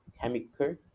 chemical